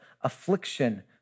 affliction